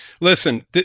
listen